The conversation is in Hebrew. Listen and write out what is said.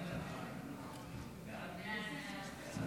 ההצעה